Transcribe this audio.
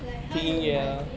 like how you